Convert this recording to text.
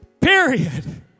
period